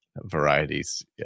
varieties